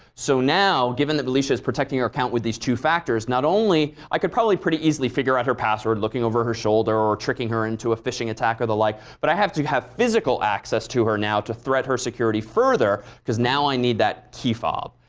so now given that felicia is protecting her account with these two factors, not only i could probably pretty easily figure out her password looking over her shoulder or tricking her into a phishing attack or the like, but i have to have physical access to her now to thread her security further because now i need that key fob.